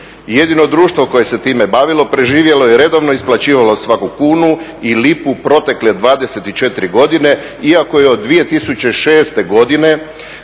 Jedino društvo koje se time bavilo preživjelo je i redovno isplaćivalo svaku kunu i lipu protekle 24 godine iako je od 2006. godine